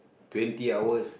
twenty hours